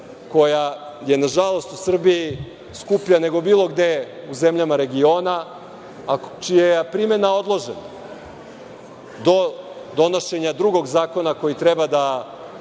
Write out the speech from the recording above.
koja je, nažalost, u Srbiji skuplja nego bilo gde u zemljama regiona, a čija je primena odložena do donošenja drugog zakona koji treba da